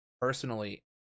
personally